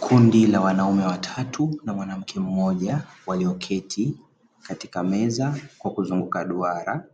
Kundi la wanaume watatu na mwanamke mmoja walioketi katika meza, kwa kuzunguka duara,